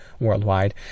worldwide